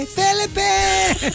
Philippines